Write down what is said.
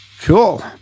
Cool